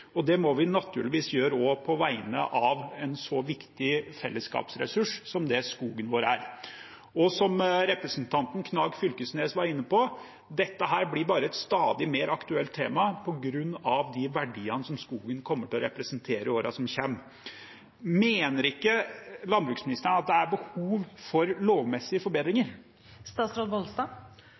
det. Det må vi naturligvis også gjøre på vegne av en så viktig fellesskapsressurs som det skogen vår er. Som representanten Knag Fylkesnes var inne på, blir dette bare et stadig mer aktuelt tema på grunn av de verdiene som skogen kommer til å representere i årene som kommer. Mener ikke landbruksministeren at det er behov for lovmessige